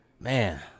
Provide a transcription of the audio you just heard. Man